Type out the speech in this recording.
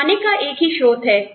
कमाने का एक ही स्रोत है